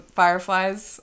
fireflies